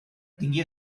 tingui